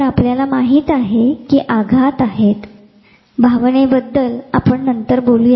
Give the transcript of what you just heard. तर आपल्याला माहित आहे कि हे आघात आहेत भावनेबद्दल आपण नंतर बोलू